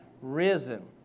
risen